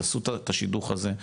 תעשו את השידוך הזה.